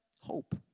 Hope